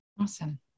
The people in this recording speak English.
Awesome